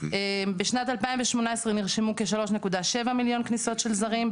בשנת 2018 נרשמו כ-3.7 מיליון כניסות של זרים,